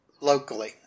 locally